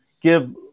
give